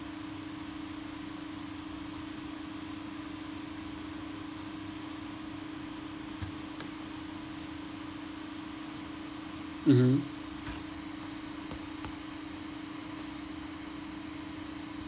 mmhmm